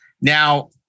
Now